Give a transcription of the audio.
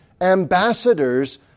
ambassadors